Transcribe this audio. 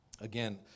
Again